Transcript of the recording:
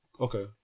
Okay